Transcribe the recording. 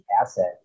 asset